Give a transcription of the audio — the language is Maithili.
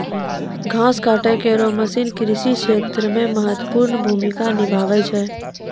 घास काटै केरो मसीन कृषि क्षेत्र मे महत्वपूर्ण भूमिका निभावै छै